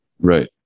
Right